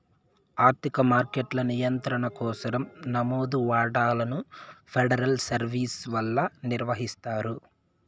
ఆర్థిక మార్కెట్ల నియంత్రణ కోసరం నమోదు వాటాలను ఫెడరల్ సర్వీస్ వల్ల నిర్వహిస్తారు